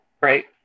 right